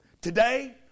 Today